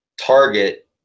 target